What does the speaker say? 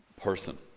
person